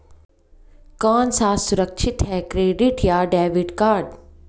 कौन सा सुरक्षित है क्रेडिट या डेबिट कार्ड?